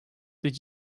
did